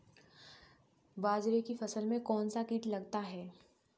बाजरे की फसल में कौन सा कीट लगता है?